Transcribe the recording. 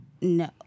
No